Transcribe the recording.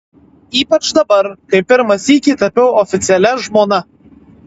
ypač dabar kai pirmą sykį tapau oficialia žmona